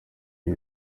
ibi